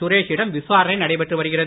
சுரேஷிடம் விசாரணை நடைபெற்று வருகிறது